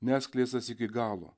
neatskleistas iki galo